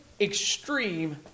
extreme